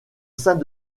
saint